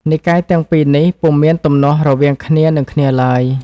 និកាយទាំងពីរនេះពុំមានទំនាស់រវាងគ្នានឹងគ្នាឡើយ។